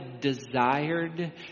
desired